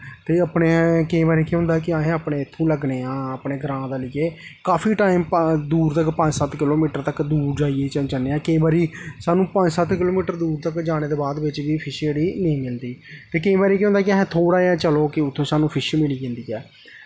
ते एह् अपने केईं बारी केह् होंदा कि असें अपने इत्थूं लग्गने आं अपने ग्रांऽ दा लेइयै काफी टाइम दूर तक पंज सत्त किलो मीटर तक दूर तक जाइयै जन्ने आं केईं बारी सानूं पंज सत्त किलो मीटर दूर तक जाने दे बाद बिच्च बी फिश जेह्ड़ी नेईं मिलदी ते केईं बारी केह् होंदा ऐ कि असें थोह्ड़ा जेहा चलो ते उत्थै सानूं फिश मिली जंदी ऐ